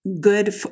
good